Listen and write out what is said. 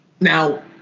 Now